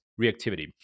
reactivity